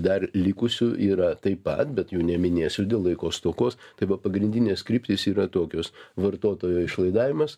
dar likusių yra taip pat bet jų neminėsiu dėl laiko stokos tai va pagrindinės kryptys yra tokios vartotojo išlaidavimas